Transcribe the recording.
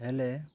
ହେଲେ